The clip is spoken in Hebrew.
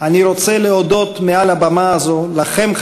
אני רוצה להודות מעל הבמה הזאת לכם,